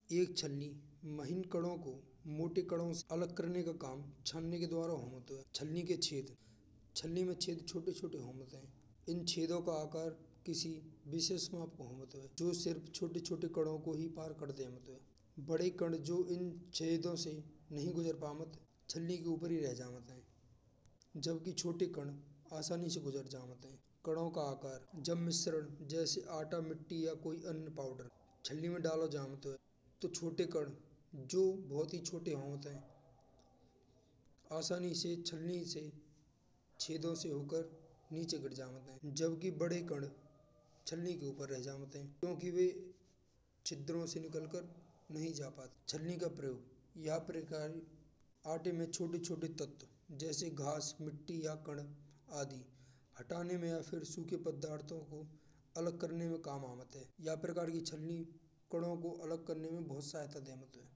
एक छलनी माहीं कानून को मोटे कानून से अलग करने का काम छनने के द्वार होता है छलनी के छेद छोटे-छोटे होत हैं। इन छेदो का आकार किसी विशेष माप पर होत है। जो सिर्फ छोटे छोटे कानों को ही पार कर देते हैं। बड़े कान जो इन छेदों से नहीं गुजर पावत। छलनी के ऊपर ही रह जात हैं। जबकि छोटे कान आसानी से गुजर जात हैं। कानों का आकार जैसे मिश्रण: आटा, मिट्टी या कोई अन्य पाउडर, छलनी में डालो जात हैं। तो छोटे कान जो बहुत ही छोटे होत हैं। आसानी से छलनी से होकर नीचे गिर जात हैं। जबके बड़े कान छलनी के ऊपर रह जात हैं। क्योंकि वे छलनी से निकलकर नहीं जात हैं। छलनी का प्रयोग: यह प्रकऱण आटे में छोटे छोटे तत्व, जैसे घास, मिट्टी या कान आदि हटाने में या सूखे पदार्थों को अलग करने में काम आवत हैं। यह प्रकार की छलनी कानों को अलग करने में बहुत सहायता देते हैं।